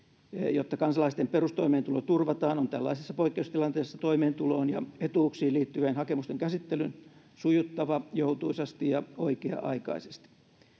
jotta kansalaisten perustoimeentulo turvataan on tällaisessa poikkeustilanteessa toimeentuloon ja etuuksiin liittyvien hakemusten käsittelyn sujuttava joutuisasti ja oikea aikaisesti